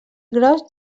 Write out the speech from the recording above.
gros